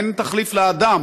אין תחליף לאדם